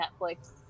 Netflix